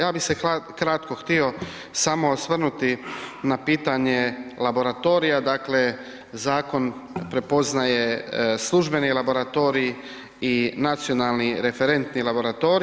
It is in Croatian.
Ja bih se kratko htio samo osvrnuti na pitanje laboratorija, dakle, zakon prepoznaje službeni laboratorij i nacionalni referentni laboratorij.